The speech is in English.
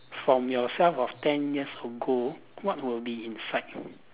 from yourself of ten years ago what will be inside